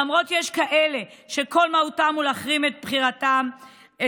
למרות שיש כאלה שכל מהותם היא להחרים את בחירת העם.